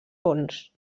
fons